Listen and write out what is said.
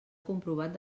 comprovat